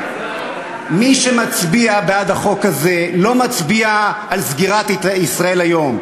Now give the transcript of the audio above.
מי שמצביע בעד החוק הזה לא מצביע על סגירת "ישראל היום",